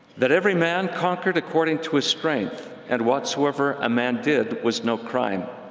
that every man conquered according to his strength and whatsoever a man did was no crime.